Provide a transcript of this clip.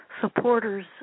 supporters